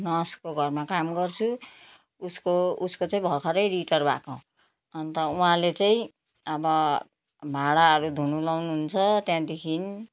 नर्सको घरमा काम गर्छु उसको उसको चाहिँ भर्खरै रिटायर भएको अन्त उँहाले चाहिँ अब भाँडाहरू धुनु लाउनुहुन्छ त्यहाँदेखि